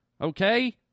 okay